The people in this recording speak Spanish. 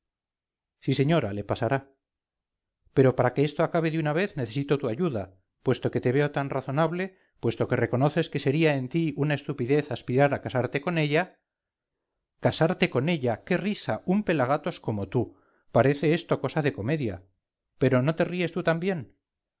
sí señora le pasará pero para que esto acabe de una vez necesito tu ayuda puesto que te veo tan razonable puesto que reconoces que sería en ti una estupidez aspirar a casarte con ella casarte con ella qué risa un pelagatos como tú parece esto cosa de comedia pero no te ríes tú también